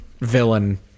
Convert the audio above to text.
villain